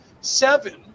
seven